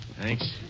Thanks